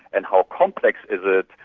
and how complex is it,